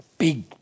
big